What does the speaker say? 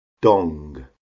dong